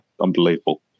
unbelievable